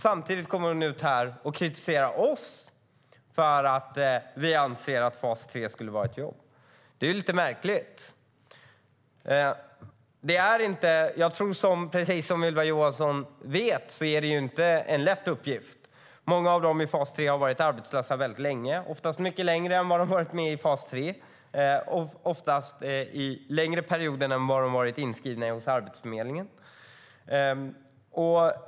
Nu kommer hon här och kritiserar oss för att vi skulle anse att fas 3 är ett jobb. Det är lite märkligt. Som jag tror att Ylva Johansson vet är det här inte en lätt uppgift. Många av deltagarna i fas 3 har varit arbetslösa länge - oftast mycket längre än de har varit med i fas 3 och oftast längre perioder än de har varit inskrivna hos Arbetsförmedlingen.